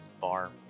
bar